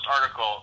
article